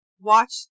Watch